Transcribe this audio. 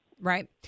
Right